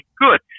good